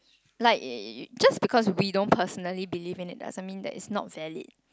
like just we don't personally believe in it doesn't mean that it's not valid